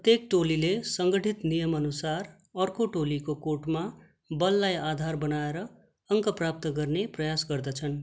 प्रत्येक टोलीले सङ्गठित नियमअनुसार अर्को टोलीको कोर्टमा बललाई आधार बनाएर अङ्क प्राप्त गर्ने प्रयास गर्दछन्